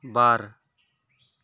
ᱵᱟᱨ